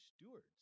stewards